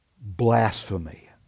blasphemy